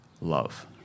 love